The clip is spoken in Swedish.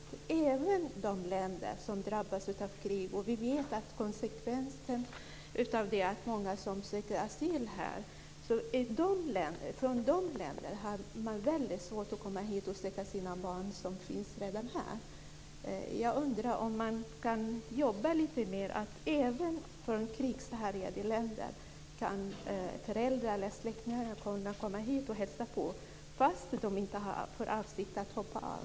Vi vet att konsekvensen av att länder drabbas av krig är att det blir många som söker asyl här. Från de länderna har man väldigt svårt att komma hit och besöka sina barn som redan finns här. Jag undrar om man kan jobba lite mer för att föräldrar eller släktingar även från krigshärjade länder ska kunna komma hit och hälsa på, fast de inte har för avsikt att hoppa av.